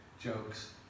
jokes